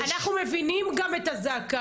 אנחנו מבינים גם את הזעקה.